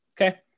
Okay